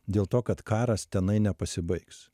dėl to kad karas tenai nepasibaigs